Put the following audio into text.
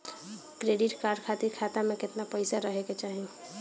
Credit card खातिर खाता में केतना पइसा रहे के चाही?